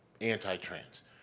anti-trans